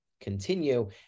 continue